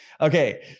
okay